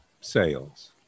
sales